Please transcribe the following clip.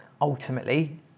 ultimately